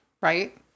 Right